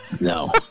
No